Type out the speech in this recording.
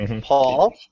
Paul